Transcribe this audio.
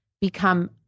become